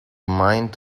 mint